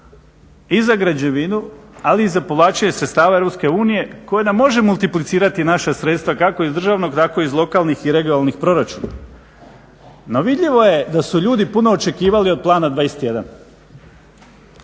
i za građevinu, ali i za povlačenje sredstava EU koja nam može multiplicirati naša sredstva kako iz državnog, tako iz lokalnih i regionalnih proračuna. No vidljivo je da su ljudi puno očekivali od Plana 21.